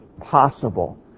possible